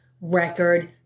record